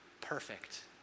perfect